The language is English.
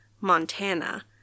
Montana